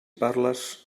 parles